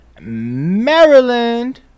Maryland